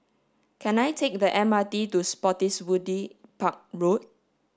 can I take the M R T to Spottiswoode Park Road